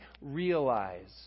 realize